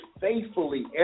faithfully